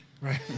Right